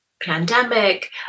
pandemic